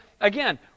again